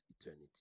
eternity